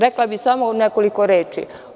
Rekla bih samo nekoliko reči.